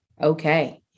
okay